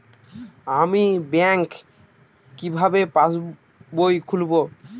আমি ব্যাঙ্ক কিভাবে পাশবই খুলব?